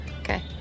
Okay